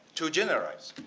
to generalize,